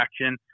action